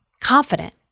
confident